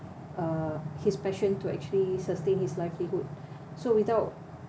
uh his passion to actually sustain his livelihood so without